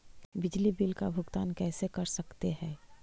बिजली बिल का भुगतान कैसे कर सकते है?